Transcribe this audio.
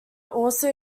also